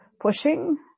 pushing